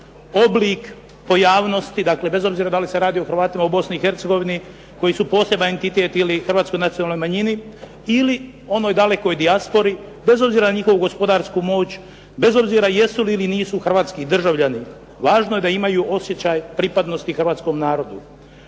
oblik, pojavnosti, dakle bez obzira da li se radi o Hrvatima u Bosni i Hercegovini koji su poseban entitet ili hrvatskoj nacionalnoj manjini, ili onoj dalekoj dijaspori, bez obzira na njihovu gospodarsku moć, bez obzira jesu li ili nisu hrvatski državljani. Važno je da imaju osjećaj pripadnosti hrvatskom narodu.